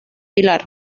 pilar